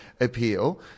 appeal